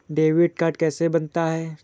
Debit card कैसे बनता है?